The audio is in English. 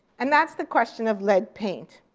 and that's the question of lead paint.